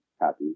happy